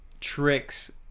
tricks